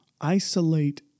isolate